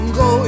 go